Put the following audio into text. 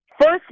first